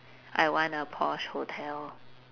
I want a posh hotel